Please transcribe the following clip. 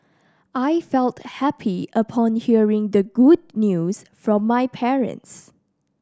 I felt happy upon hearing the good news from my parents